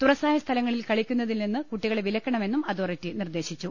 തുറസ്സായ സ്ഥലങ്ങളിൽ കളിക്കുന്നതിൽ നിന്ന് കുട്ടികളെ വിലക്കണമെന്നും അതോറിറ്റി നിർദേശിച്ചു